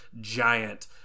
giant